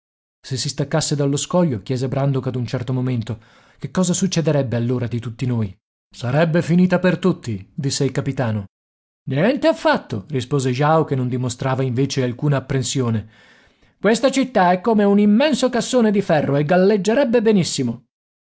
se si staccasse dallo scoglio chiese brandok ad un certo momento che cosa succederebbe allora di tutti noi sarebbe finita per tutti disse il capitano niente affatto rispose jao che non dimostrava invece alcuna apprensione questa città è come un immenso cassone di ferro e galleggerebbe benissimo